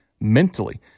mentally